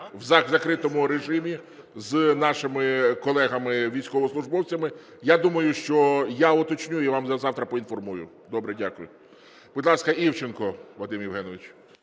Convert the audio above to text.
в закритому режимі з нашими колегами військовослужбовцями, я думаю, що я уточню і вас завтра поінформую. Добре. Дякую. Будь ласка, Івченко Вадим Євгенович.